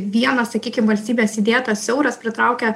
vienas sakykim valstybės įdėtas euras pritraukia